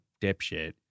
dipshit